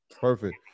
Perfect